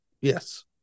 Yes